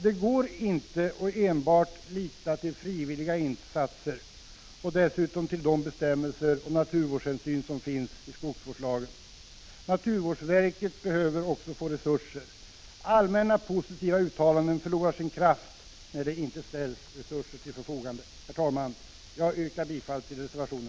Det går inte att enbart lita till frivilliga insatser och till de bestämmelser om naturvårdshänsyn som finns i skogsvårdslagen. Naturvårdsverket behöver också få resurser. Allmänna positiva uttalanden förlorar sin kraft när det inte ställs resurser till förfogande. Herr talman! Jag yrkar bifall till reservation 10.